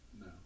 No